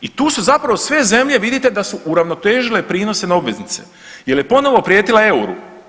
I tu su zapravo sve zemlje vidite da su uravnotežile prinose na obveznice, jer je ponovno prijetila euru.